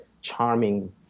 charming